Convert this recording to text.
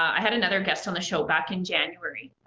i had another guest on the show back in january,